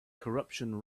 corruption